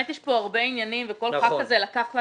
כאן הרבה עניינים וכל חבר כנסת לקח על